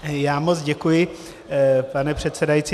Já moc děkuji, pane předsedající.